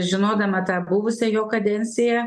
žinodama tą buvusią jo kadenciją